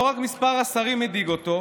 לא רק מספר השרים הדאיג אותו,